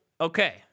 okay